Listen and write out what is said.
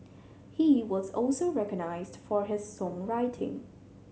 he was also recognised for his songwriting